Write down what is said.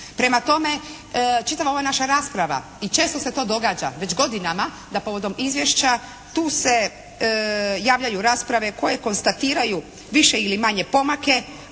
Prema tome, čitava ova naša rasprava i često se to događa već godinama da povodom izvješća, tu se javljaju rasprave koje konstatiraju više ili manje pomake,